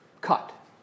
cut